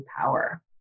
power